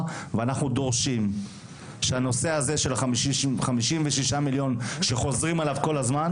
ואנחנו דורשים שהנושא הזה של ה-56 מיליון שחוזרים עליו כל הזמן,